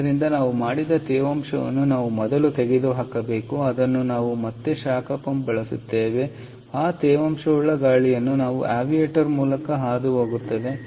ಆದ್ದರಿಂದ ನಾವು ಮಾಡಿದ ತೇವಾಂಶವನ್ನು ನಾವು ಮೊದಲು ತೆಗೆದುಹಾಕಬೇಕು ಅದನ್ನು ನಾವು ಮತ್ತೆ ಶಾಖ ಪಂಪ್ ಬಳಸುತ್ತೇವೆ ಮತ್ತು ಆ ತೇವಾಂಶವುಳ್ಳ ಗಾಳಿಯನ್ನು ನಾವು ಆವಿಯೇಟರ್ ಮೂಲಕ ಹಾದುಹೋಗುತ್ತೇವೆ